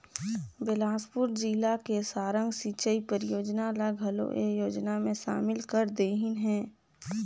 बेलासपुर जिला के सारंग सिंचई परियोजना ल घलो ए योजना मे सामिल कर देहिनह है